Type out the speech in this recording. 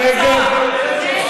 מי נגד?